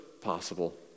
possible